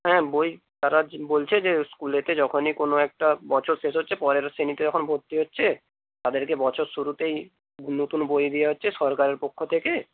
হ্যাঁ বই তারা বলছে যে স্কুলেতে যখনই কোনো একটা বছর শেষ হচ্ছে পরের শ্রেণিতে যখন ভর্তি হচ্ছে তাদেরকে বছর শুরুতেই নতুন বই দেওয়া হচ্ছে সরকারের পক্ষ থেকে